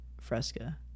Fresca